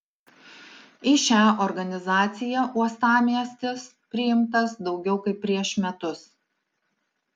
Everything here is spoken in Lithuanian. į šią organizaciją uostamiestis priimtas daugiau kaip prieš metus